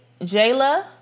Jayla